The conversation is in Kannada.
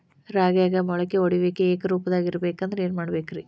ರಾಗ್ಯಾಗ ಮೊಳಕೆ ಒಡೆಯುವಿಕೆ ಏಕರೂಪದಾಗ ಇರಬೇಕ ಅಂದ್ರ ಏನು ಮಾಡಬೇಕ್ರಿ?